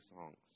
songs